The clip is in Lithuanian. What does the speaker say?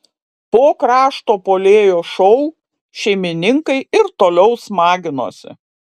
po krašto puolėjo šou šeimininkai ir toliau smaginosi